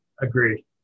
agreed